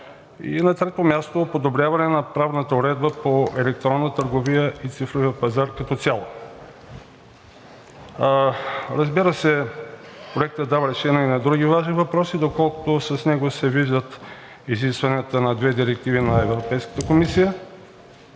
На трето място, подобряване на правната уредба по електронна търговия и цифровия пазар като цяло. Разбира се, Проектът дава решение и на други важни въпроси, доколкото с него се виждат изискванията на две директиви на Европейската комисия.